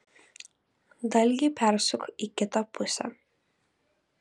dalgį persuk į kitą pusę